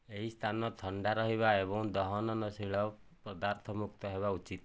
ଏହି ସ୍ଥାନ ଥଣ୍ଡା ରହିବା ଏବଂ ଦହନନଶୀଳ ପଦାର୍ଥ ମୁକ୍ତ ହେବା ଉଚିତ